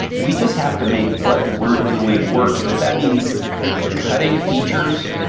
we just have to make what we're doing work. and if that means cutting features,